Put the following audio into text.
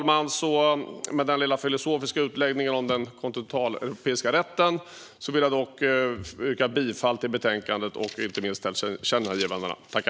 Med den lilla filosofiska utläggningen om den kontinentaleuropeiska rätten, herr talman, vill jag yrka bifall till utskottets förslag, inte minst vad gäller tillkännagivandena.